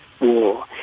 war